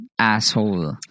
asshole